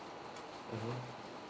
mmhmm